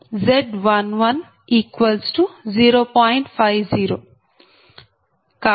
50 ZbZ110